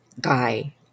guy